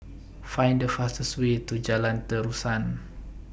Find The fastest Way to Jalan Terusan